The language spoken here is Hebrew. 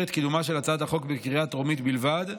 באישור קידומה של הצעת החוק בקריאה טרומית בלבד,